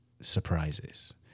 surprises